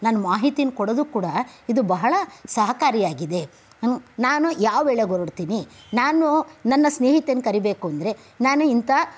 ನಾನು ಮಾಹಿತಿನ ಕೊಡೋದು ಕೂಡ ಇದು ಬಹಳ ಸಹಕಾರಿಯಾಗಿದೆ ನಾನು ಯಾವ ವೇಳೆಗೆ ಹೊರಡ್ತೀನಿ ನಾನು ನನ್ನ ಸ್ನೇಹಿತನ್ನ ಕರಿಬೇಕೂಂದ್ರೆ ನಾನು ಇಂಥ